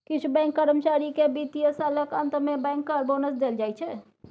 किछ बैंक कर्मचारी केँ बित्तीय सालक अंत मे बैंकर बोनस देल जाइ